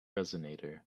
resonator